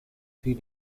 three